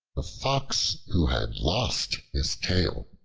the fox who had lost his tail